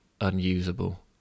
unusable